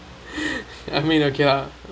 I mean okay lah